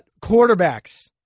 Quarterbacks